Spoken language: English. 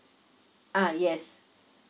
uh yes